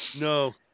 No